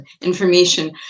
information